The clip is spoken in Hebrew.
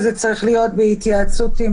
יהיה בהתייעצות,